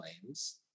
claims